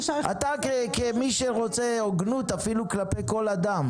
כמי שרוצה הוגנות כלפי כל אדם,